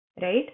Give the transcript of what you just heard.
right